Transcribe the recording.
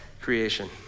creation